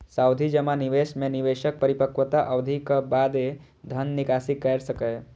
सावधि जमा निवेश मे निवेशक परिपक्वता अवधिक बादे धन निकासी कैर सकैए